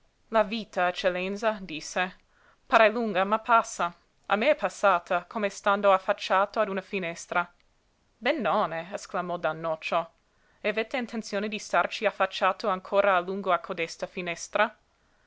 la vita eccellenza disse pare lunga ma passa a me è passata come stando affacciato a una finestra benone esclamò don nocio e avete intenzione di starci affacciato ancora a lungo a codesta finestra